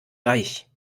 reich